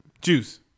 Juice